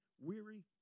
weary